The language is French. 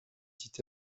dit